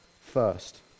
first